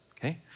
okay